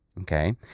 Okay